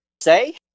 say